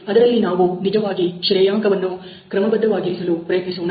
ಅದರಲ್ಲಿ ನಾವು ನಿಜವಾಗಿ ಶ್ರೇಯಾಂಕವನ್ನು ಕ್ರಮಬದ್ಧವಾಗಿರಿಸಲು ಪ್ರಯತ್ನಿಸೋಣ